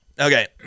Okay